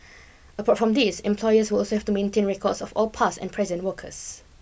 apart from these employers will also have to maintain records of all past and present workers